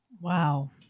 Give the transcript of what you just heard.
wow